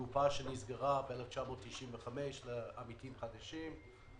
מדובר בקופה שנסגרה ב-1995 לעמיתים חדשים,